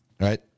right